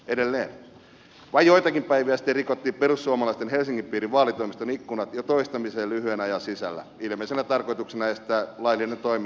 vain joitakin päiviä sitten rikottiin perussuomalaisten helsingin piirin vaalitoimiston ikkunat jo toistamiseen lyhyen ajan sisällä ilmeisenä tarkoituksena estää laillinen toiminta tiloissa